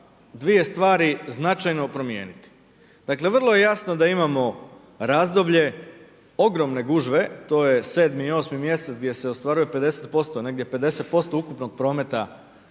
2 stvari značajno promijeniti, vrlo je jasno da imamo razdoblje ogromne gužve, to je 7. i 8. mjesec gdje se ostvaruje 50% negdje 50% ukupnog prometa